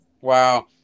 Wow